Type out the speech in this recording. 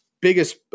biggest